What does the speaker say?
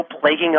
plaguing